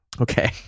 okay